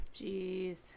Jeez